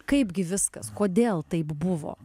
kaipgi viskas kodėl taip buvo